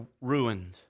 ruined